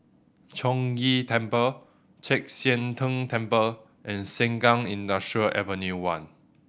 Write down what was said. Chong Ghee Temple Chek Sian Tng Temple and Sengkang Industrial Avenue One